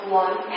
one